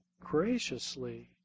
graciously